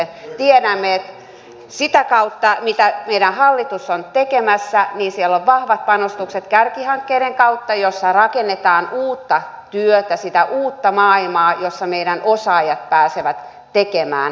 tiedämme että sitä kautta mitä meidän hallitus on tekemässä siellä on vahvat panostukset kärkihankkeiden kautta joissa rakennetaan uutta työtä sitä uutta maailmaa jossa meidän osaajamme pääsevät tekemään töitä